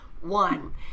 one